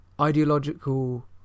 ideological